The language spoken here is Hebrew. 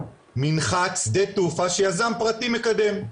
מנחת שדה תעופה שיזם פרטי מקדם?